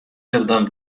жардам